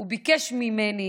הוא ביקש ממני